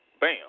bam